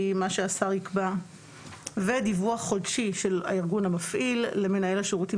מה שהשר יקבע ודיווח חודשי של הארגון המפעיל למנהל השירותים